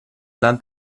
land